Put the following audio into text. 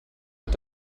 mit